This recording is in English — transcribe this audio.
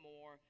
more